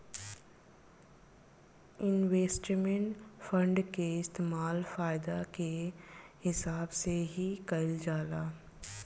investment fund के इस्तेमाल फायदा के हिसाब से ही कईल जाला